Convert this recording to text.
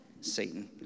Satan